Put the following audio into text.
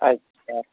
अच्छा